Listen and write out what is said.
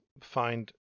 find